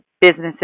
businesses